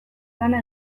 lana